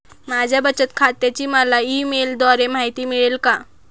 माझ्या बचत खात्याची मला ई मेलद्वारे माहिती मिळेल का?